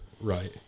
Right